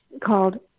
called